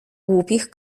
głupich